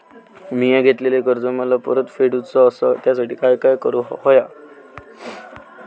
मिया घेतलेले कर्ज मला परत फेडूचा असा त्यासाठी काय काय करून होया?